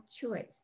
choice